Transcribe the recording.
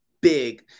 big